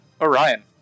Orion